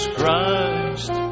Christ